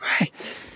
Right